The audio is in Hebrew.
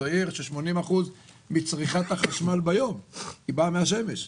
היא עיר ש-80% מצריכת החשמל שלה ביום באה מהשמש.